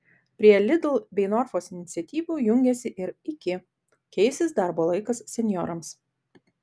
prie lidl bei norfos iniciatyvų jungiasi ir iki keisis darbo laikas senjorams